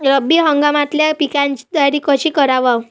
रब्बी हंगामातल्या पिकाइची तयारी कशी कराव?